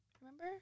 Remember